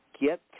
get